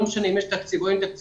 לא משנה אם יש תקציב או אין תקציב,